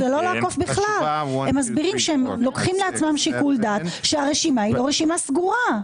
הם מסבירים שהם לוקחים לעצמם שיקול דעת שהרשימה היא לא רשימה סגורה.